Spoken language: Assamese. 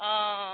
অঁ